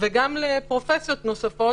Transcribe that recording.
וגם לפרופסיות נוספות,